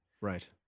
Right